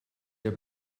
der